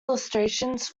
illustrations